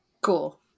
Cool